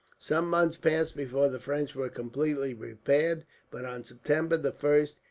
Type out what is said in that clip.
some months passed before the french were completely prepared but on september the first,